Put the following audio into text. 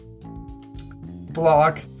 block